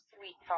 Sweet